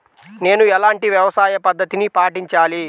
నేను ఎలాంటి వ్యవసాయ పద్ధతిని పాటించాలి?